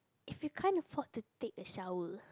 if you can't afford to take a shower